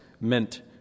meant